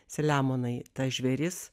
selemonai tas žvėris